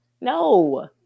No